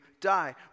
die